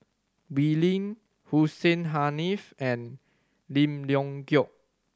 Wee Lin Hussein Haniff and Lim Leong Geok